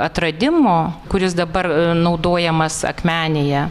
atradimo kuris dabar naudojamas akmenėje